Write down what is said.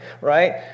right